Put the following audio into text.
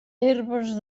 herbes